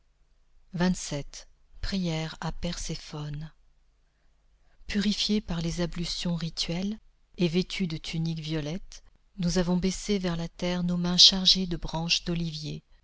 prière à perséphonê purifiées par les ablutions rituelles et vêtues de tuniques violettes nous avons baissé vers la terre nos mains chargées de branches d'olivier